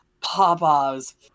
Papa's